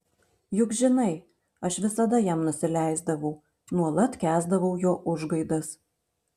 juk žinai aš visada jam nusileisdavau nuolat kęsdavau jo užgaidas